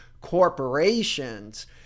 corporations